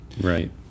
Right